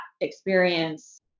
experience